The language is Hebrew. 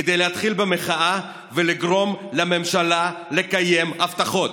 כדי להתחיל במחאה ולגרום לממשלה לקיים הבטחות.